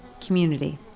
community